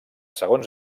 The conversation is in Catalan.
segons